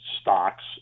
stocks